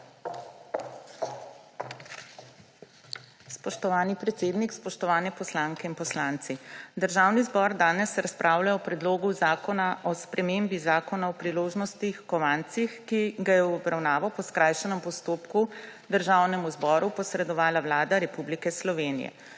Spoštovani predsednik, spoštovane poslanke in poslanci! Državni zbor danes razpravlja o Predlogu zakona o spremembi Zakona o priložnostnih kovancih, ki ga je v obravnavo po skrajšanem postopku Državnemu zboru posredovala Vlada Republike Slovenije.